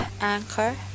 Anchor